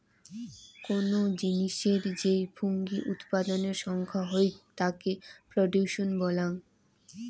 কোনো জিনিসের যেই ফুঙ্গি উৎপাদনের সংখ্যা হউক তাকে প্রডিউস বলাঙ্গ